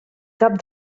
cap